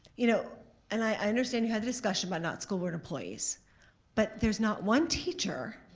you know and i understand you had the discussion about not school board employees. but there's not one teacher,